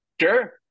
Sure